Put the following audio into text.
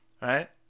right